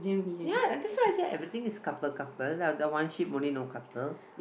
ya that's why I say everything is couple couple then after that one ship only no couple